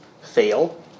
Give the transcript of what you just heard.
fail